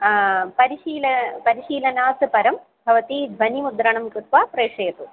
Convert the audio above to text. परिशील परिशीलनात् परं भवती ध्वनिमुद्रणं कृत्वा प्रेषयतु